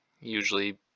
usually